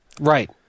right